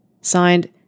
Signed